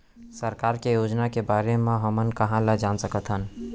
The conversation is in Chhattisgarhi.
सरकार के योजना के बारे म हमन कहाँ ल जान सकथन?